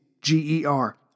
G-E-R